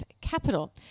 Capital